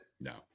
No